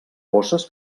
bosses